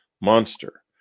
monster